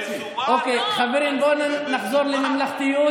אוקיי, חברים, בואו נחזור לממלכתיות.